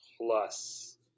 plus